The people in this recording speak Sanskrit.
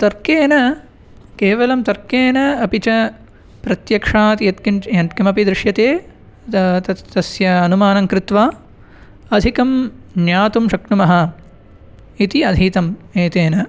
तर्केण केवलं तर्केण अपि च प्रत्यक्षात् यत् किञ्च यत् किमपि दृश्यते तत् तस्य अनुमानं कृत्वा अधिकं ज्ञातुं शक्नुमः इति अधीतम् एतेन